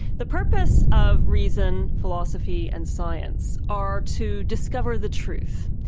the purpose of reason, philosophy and science, are to discover the truth.